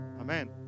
Amen